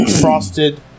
frosted